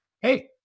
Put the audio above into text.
Hey